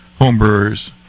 homebrewers